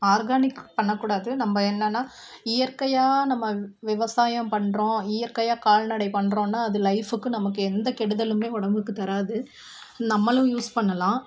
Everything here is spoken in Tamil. ஆர்கானிக் பண்ணக்கூடாது நம்ம என்னனா இயற்கையாக நம்ம விவசாயம் பண்ணுறோம் இயற்கையாக கால்நடை பண்ணுறோன்னா அது லைஃபுக்கும் நமக்கு எந்த கெடுதலுமே உடம்புக்கு தராது நம்மளும் யூஸ் பண்ணலாம்